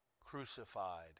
crucified